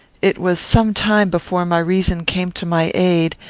it was some time before my reason came to my aid,